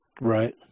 right